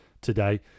today